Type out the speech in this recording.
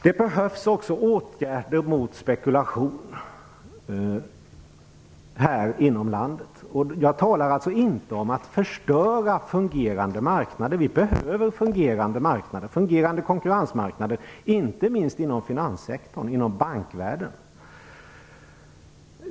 Vi behöver också vidta åtgärder mot spekulation inom landet. Jag talar alltså inte om att förstöra fungerande marknader. Vi behöver fungerande marknader, konkurrensmarknader, inte minst inom finanssektorn och bankvärlden.